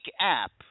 app